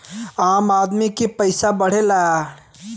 आम आदमी के पइसा बढ़ेला